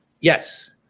Yes